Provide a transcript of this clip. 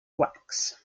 wax